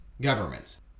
government